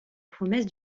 promesse